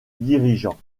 dirigeant